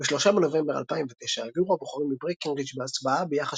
ב-3 בנובמבר 2009 העבירו הבוחרים בברקנרידג' בהצבעה ביחס